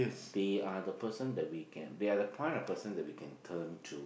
they are the person that we can they are point of person that we can turn to